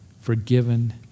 forgiven